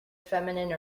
feminine